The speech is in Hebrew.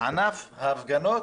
ההפגנות